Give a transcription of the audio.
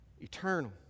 Eternal